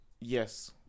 Yes